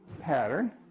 pattern